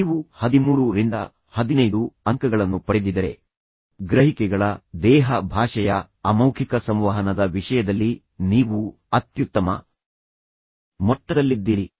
ನೀವು 13 ರಿಂದ 15 ಅಂಕಗಳನ್ನು ಪಡೆದಿದ್ದರೆ ಗ್ರಹಿಕೆಗಳ ದೇಹ ಭಾಷೆಯ ಅಮೌಖಿಕ ಸಂವಹನದ ವಿಷಯದಲ್ಲಿ ನೀವು ಅತ್ಯುತ್ತಮ ಮಟ್ಟದಲ್ಲಿದ್ದೀರಿ